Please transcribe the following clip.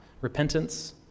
repentance